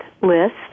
list